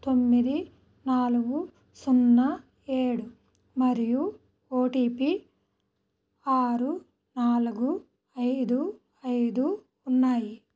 తొమ్మిది నాలుగు సున్నా ఏడు మరియు ఓ టీ పీ ఆరు నాలుగు ఐదు ఐదు ఉన్నాయి